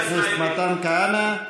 תודה לחבר הכנסת מתן כהנא.